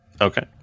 Okay